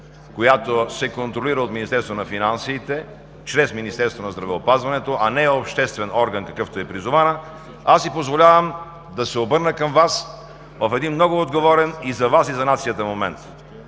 която се контролира от Министерство на финансите чрез Министерство на здравеопазването, а не е обществен орган, какъвто е призована, аз си позволявам да се обърна към Вас в един много отговорен и за Вас и за нацията момент.